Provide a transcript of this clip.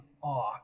awe